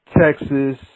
Texas